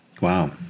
Wow